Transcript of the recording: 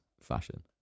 fashion